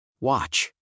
Watch